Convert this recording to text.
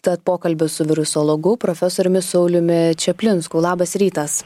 tad pokalbio su virusologu profesoriumi sauliumi čaplinsku labas rytas